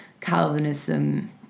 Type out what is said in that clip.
Calvinism